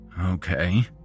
Okay